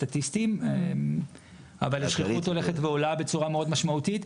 הסטטיסטיים אבל השכיחות הולכת ועולה בצורה מאוד משמעותית.